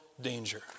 danger